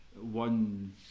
one